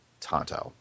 Tonto